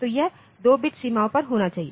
तो यह 2 बिट सीमाओं पर होना चाहिए